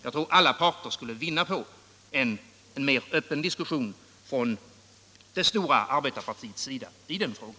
Jag tror att alla parter skulle vinna på en mer öppen diskussion från det stora arbetarpartiets sida i denna fråga.